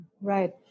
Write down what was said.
Right